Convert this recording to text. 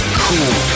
cool